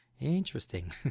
interesting